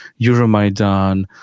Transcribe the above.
Euromaidan